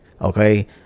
okay